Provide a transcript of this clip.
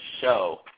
show